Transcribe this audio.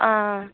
ஆ ஆ